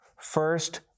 First